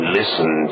listen